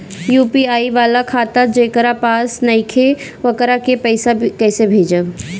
UPI वाला खाता जेकरा पास नईखे वोकरा के पईसा कैसे भेजब?